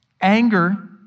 Anger